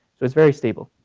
so it's very stable.